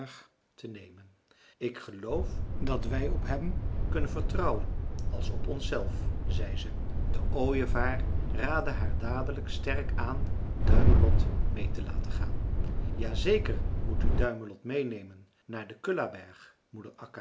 te nemen ik geloof dat wij op hem kunnen vertrouwen als op ons zelf zei ze de ooievaar raadde haar dadelijk sterk aan duimelot meê te laten gaan ja zeker moet u duimelot meênemen naar den kullaberg moeder